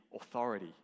authority